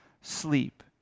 sleep